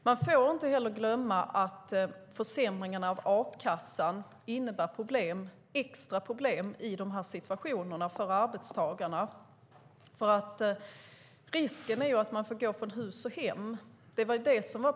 Vi får inte heller glömma att försämringarna av a-kassan innebär extra problem för arbetstagarna i sådana här situationer. Risken är att de får gå från hus och hem.